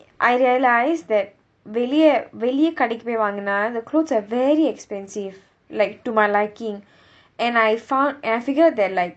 I realised that வெளியே வெளியே கடைக்கு போய் வாங்குனா:veliyae veliyae kadaikku poi vaangunaa the clothes are very expensive like to my liking and I found and I figured that like